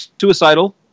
suicidal